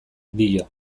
dio